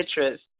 citrus